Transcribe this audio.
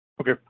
Okay